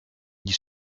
gli